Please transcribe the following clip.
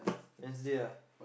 Wednesday ah